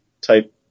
type